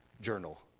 journal